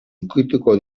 ukituko